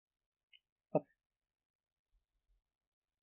yup